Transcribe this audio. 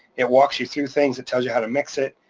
it walks you through things, it tell you how to mix it.